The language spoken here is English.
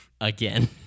Again